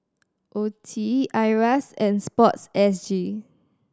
O T E IRAS and Sport S G